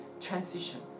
transition